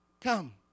come